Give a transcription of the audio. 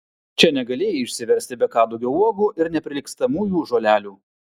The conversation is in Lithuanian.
čia negalėjai išsiversti be kadugio uogų ir neprilygstamųjų žolelių